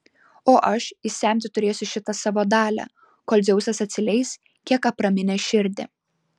o aš išsemti turėsiu šitą savo dalią kol dzeusas atsileis kiek apraminęs širdį